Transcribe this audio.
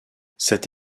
cette